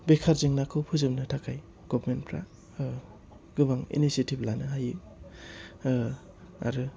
बेकार जेंनाखौ फोजोबनो थाखाय गभमेन्टफ्रा ओह गोबां इनेसियेथिब लानो हायो ओह आरो